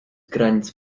granic